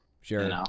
sure